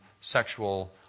sexual